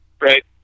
right